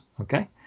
Okay